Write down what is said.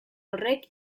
horrek